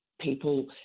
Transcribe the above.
people